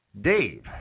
Dave